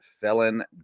Felon